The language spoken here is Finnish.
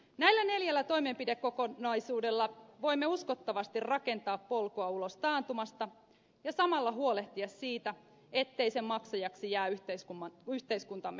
näillä neljällä toimenpidekokonaisuudella voimme uskottavasti rakentaa polkua ulos taantumasta ja samalla huolehtia siitä etteivät sen maksajiksi jää yhteiskuntamme heikoimmat